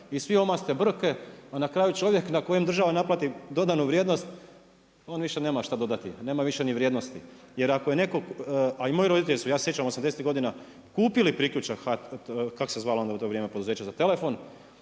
i svi omaste brke, a na kraju čovjek koje država naplati dodanu vrijednost on više nema šta dodati, nema više ni vrijednosti. Jer ako je netko, a i moji roditelji su, ja se sjećam osamdesetih godina kupili priključak kako se zvalo u to vrijeme poduzeće za telefon.